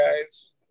guys